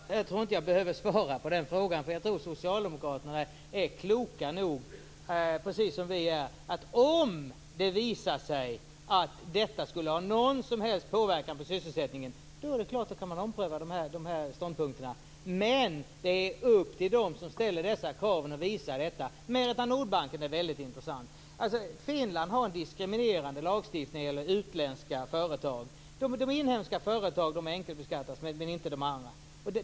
Fru talman! Jag tror inte att jag behöver svara på den frågan. Jag tror att socialdemokraterna är precis som vi kloka nog att de, om det visar att detta skulle ha någon som helst påverkan på sysselsättningen, är beredda att ompröva ståndpunkterna. Men det är upp till dem som ställer dessa krav att visa på detta. Merita-Nordbanken är väldigt intressant. Finland har en diskriminerande lagstiftning för utländska företag. De inhemska företagen enkelbeskattas men inte de andra.